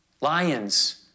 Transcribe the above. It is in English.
Lions